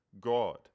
God